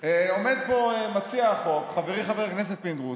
פה מציע החוק, חברי חבר הכנסת פינדרוס,